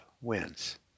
wins